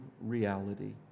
reality